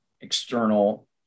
external